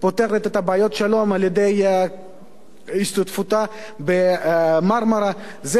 פותרת את בעיות השלום על-ידי השתתפותה ב"מרמרה" זה